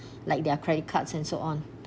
like their credit cards and so on